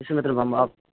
جیسے